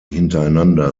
hintereinander